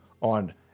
on